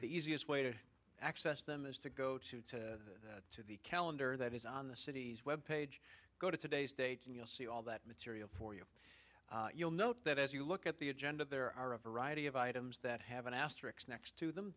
the easiest way to access them is to go to the calendar that is on the city's web page go to today's date and you'll see all that material for you you'll note that as you look at the agenda there are a variety of items that have an asterisk next to them